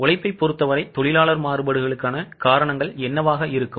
உழைப்பைப் பொருத்தவரை தொழிலாளர் மாறுபாடுகளுக்கான காரணங்கள் என்னவாக இருக்கும்